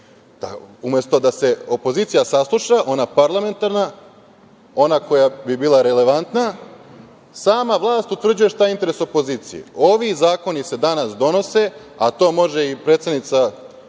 Umesto da se opozicija sasluša, ona parlamentarna, ona koja bi bila relevantna, sama vlast šta je interes opozicije. Ovi zakoni se danas donose, a to može i predsednica